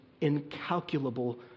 incalculable